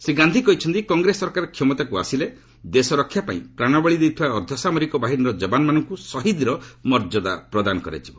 ସେ କହିଛନ୍ତି କଂଗ୍ରେସ ସରକାର କ୍ଷମତାକୁ ଆସିଲେ ଦେଶ ରକ୍ଷା ପାଇଁ ପ୍ରାଣବଳୀ ଦେଇଥିବା ଅର୍ଦ୍ଧସାମରିକ ବାହିନୀର ଯବାନମାନଙ୍କୁ ଶହୀଦ୍ର ମର୍ଯ୍ୟଦା ପ୍ରଦାନ କରାଯିବ